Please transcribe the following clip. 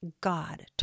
God